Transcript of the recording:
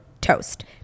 toast